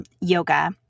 yoga